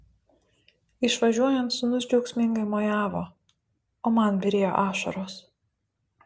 išvažiuojant sūnus džiaugsmingai mojavo o man byrėjo ašaros